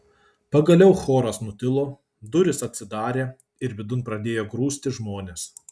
pagaliau choras nutilo durys atsidarė ir vidun pradėjo grūstis žmonės